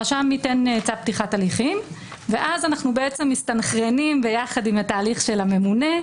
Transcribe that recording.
הרשם ייתן צו פתיחת הליכים ואז אנו מסתנכרנים יחד עם התהליך של הממונה,